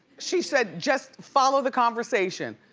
she said, just follow the conversation.